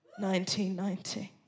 1990